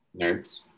nerds